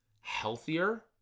healthier